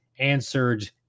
answered